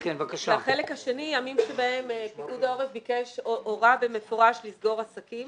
החלק השני הוא ימים שבהם פיקוד העורף ביקש או הורה במפורש לסגור עסקים